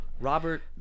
Robert